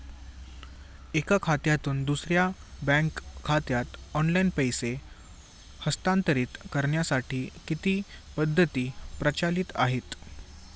एका खात्यातून दुसऱ्या बँक खात्यात ऑनलाइन पैसे हस्तांतरित करण्यासाठी किती पद्धती प्रचलित आहेत?